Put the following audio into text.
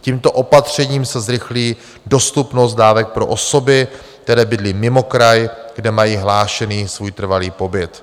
Tímto opatřením se zrychlí dostupnost dávek pro osoby, které bydlí mimo kraj, kde mají hlášený svůj trvalý pobyt.